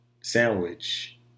sandwich